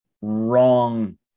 wrong